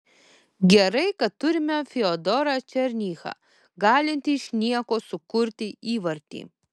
gerai kad turime fiodorą černychą galintį iš nieko sukurti įvartį